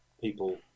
people